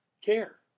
care